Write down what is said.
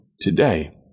today